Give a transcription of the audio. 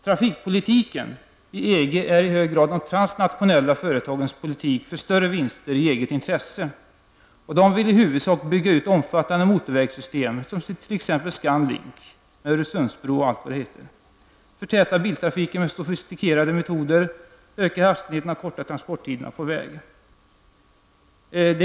Trafikpolitiken i EG är i hög grad de transnationella företagens politik för större vinster i eget intresse. De vill i huvudsak bygga ut omfattande motorvägssystem, som t.ex. ScanLink, Öresundsbron och allt vad det heter. De vill förtäta biltrafiken med sofistikerade metoder, öka hastigheterna och förkorta transporttiderna på väg.